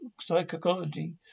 Psychology